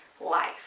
life